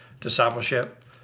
discipleship